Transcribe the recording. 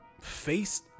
face